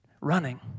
running